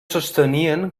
sostenien